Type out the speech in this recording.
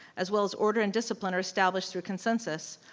as well as order and discipline are established through consensus.